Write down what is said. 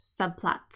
subplots